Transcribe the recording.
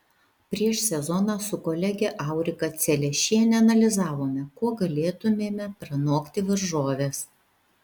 prieš sezoną su kolege aurika celešiene analizavome kuo galėtumėme pranokti varžoves